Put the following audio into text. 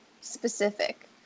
specific